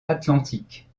atlantique